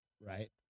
right